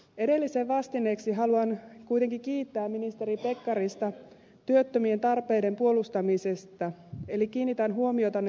edellisen vastineeksi haluan kuitenkin kiittää ministeri pekkarista työttömien tarpeiden puolustamisesta eli kiinnitän huomiotanne tuottavuusohjelmaan